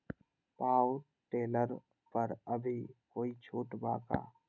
Power tiller पर अभी कोई छुट बा का?